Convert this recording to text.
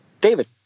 David